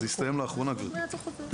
זה הסתיים לאחרונה, גברתי.